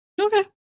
Okay